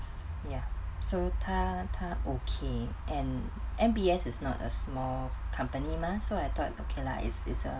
ya so 他他 okay and M_B_S is not a small company mah so I thought okay lah it's it's a